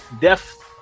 death